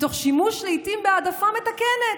מתוך שימוש לעיתים בהעדפה מתקנת,